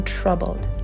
troubled